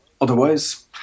otherwise